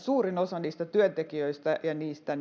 suurin osa niistä työntekijöistä ja niistä